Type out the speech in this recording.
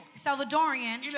Salvadorian